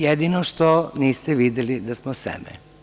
Jedino što niste videli da smo seme.